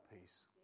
peace